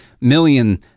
million